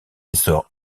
essor